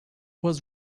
was